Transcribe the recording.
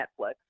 Netflix